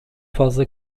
fazla